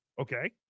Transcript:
Okay